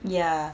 ya